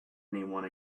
anyone